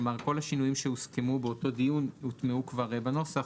כל השינויים שהוסכמו באותו דיון הוטמעו כבר בנוסח.